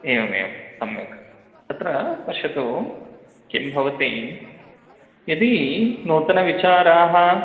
एवमेवं सम्यक् तत्र पश्यतु किं भवति यदि नूतनविचाराः